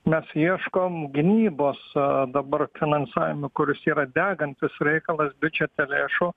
mes ieškom gynybos a dabar finansavimų kuris yra degantis reikalas biudžete lėšų